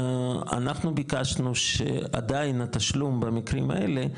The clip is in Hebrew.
אנחנו ביקשנו שעדין התשלום במקרים האלה,